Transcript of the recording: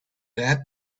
that